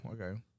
Okay